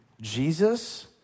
Jesus